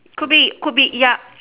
could be could be ya